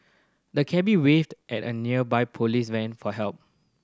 the cabby waved at a nearby police van for help